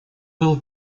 был